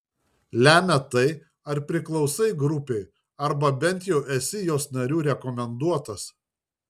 lemia tai ar priklausai grupei arba bent jau esi jos narių rekomenduotas